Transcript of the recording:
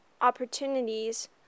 opportunities